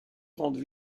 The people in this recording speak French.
grandes